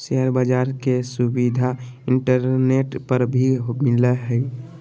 share बाज़ार के सुविधा इंटरनेट पर भी मिलय हइ